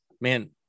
man